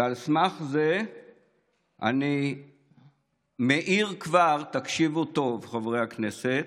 ועל סמך זה אני מעיר כבר, תקשיבו טוב, חברי הכנסת: